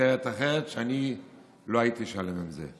כותרת אחרת שאני לא הייתי שלם איתה.